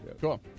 Cool